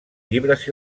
llibres